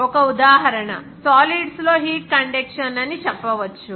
ఒక ఉదాహరణ సాలీడ్స్ లో హీట్ కండక్షన్ అని చెప్పవచ్చు